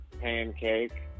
pancake